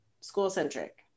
school-centric